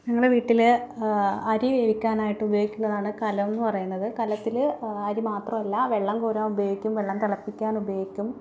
ഞങ്ങളുടെ വീട്ടിൽ അരി വേവിക്കാനായിട്ട് ഉപയോഗിക്കുന്നതാണ് കലം എന്ന് പറയുന്നത് കലത്തിൽ അരി മാത്രമല്ല വെള്ളം കോരാൻ ഉപയോഗിക്കും വെള്ളം തിളപ്പിക്കാൻ ഉപയോഗിക്കും